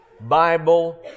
Bible